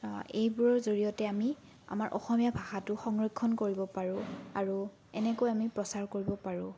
এইবোৰৰ জৰিয়তে আমি আমাৰ অসমীয়া ভাষাটো সংৰক্ষণ কৰিব পাৰোঁ আৰু এনেকৈ আমি প্ৰচাৰ কৰিব পাৰোঁ